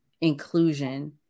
inclusion